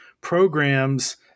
programs